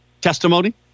testimony